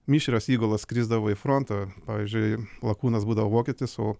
mišrios įgulos skrisdavo į frontą pavyzdžiui lakūnas būdavo vokietis o